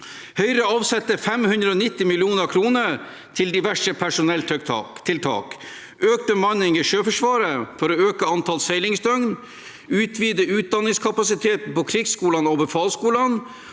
Høyre avsetter 590 mill. kr til diverse personelltiltak: økt bemanning i Sjøforsvaret for å øke antall seilingsdøgn, utvide utdanningskapasiteten på krigsskolene og befalsskolene